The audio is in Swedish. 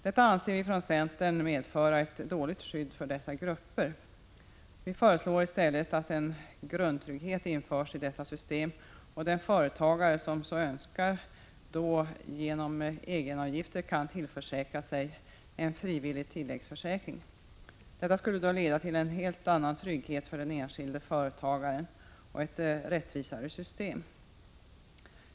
Detta anser vi från centern medföra ett dåligt skydd för dessa grupper. Vi föreslår i stället att en grundtrygghet införs i detta system och att den företagare som så önskar genom egenavgifter kan tillförsäkra sig en frivillig tilläggsförsäkring. Detta skulle leda till en helt annan trygghet för den enskilde företagaren och ett rättvisare ersättningssystem.